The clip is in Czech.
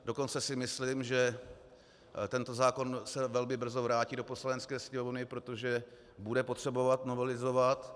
Dokonce si myslím, že tento zákon se velmi brzo vrátí do Poslanecké sněmovny, protože bude potřebovat novelizovat.